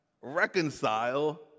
reconcile